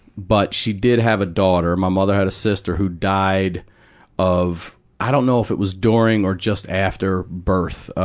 but she did have a daughter my mother had a sister, who died of i don't know if it was during or just after birth,